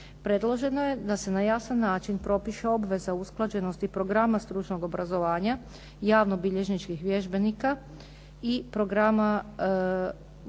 Predloženo je da se na jasan način propiše obveza o usklađenosti programa stručnog obrazovanja javnobilježničkih vježbenika i programa